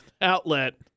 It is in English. outlet